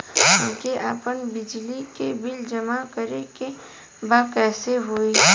हमके आपन बिजली के बिल जमा करे के बा कैसे होई?